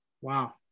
Wow